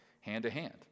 hand-to-hand